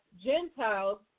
Gentiles